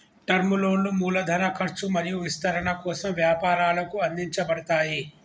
term లోన్లు మూలధన ఖర్చు మరియు విస్తరణ కోసం వ్యాపారాలకు అందించబడతయ్